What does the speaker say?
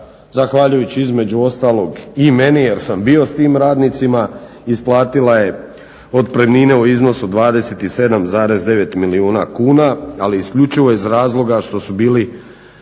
zahvaljujući između ostalog i meni jer sam bio s tim radnicima isplatila je otpremnine u iznosu 27,9 milijuna kuna, ali isključivo iz razloga što su bili